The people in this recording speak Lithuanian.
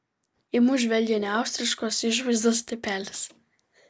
į mus žvelgė neaustriškos išvaizdos tipelis